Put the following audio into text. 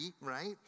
right